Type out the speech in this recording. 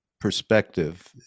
perspective